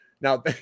now